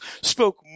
spoke